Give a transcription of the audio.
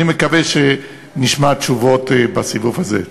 אני מקווה שנשמע תשובות בסיבוב הזה.